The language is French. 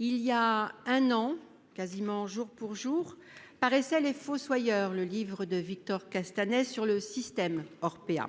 Il y a un an quasiment jour pour jour paraissait les fossoyeurs. Le livre de Victor Castanet sur le système Orpea.